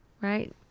Right